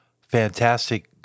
fantastic